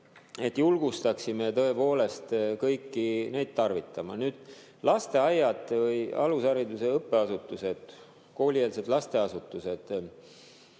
et julgustaksime tõepoolest kõiki neid tarvitama. Lasteaiad – või alushariduse õppeasutused, koolieelsed lasteasutused,